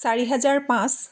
চাৰি হেজাৰ পাঁচ